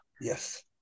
Yes